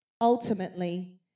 ultimately